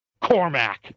Cormac